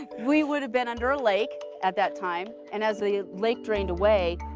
we would have been under a lake at that time, and as the lake drained away,